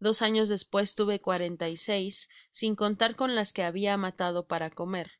dos anos despues tuve cuarenta y seis sin contar con las que habia matado para comer en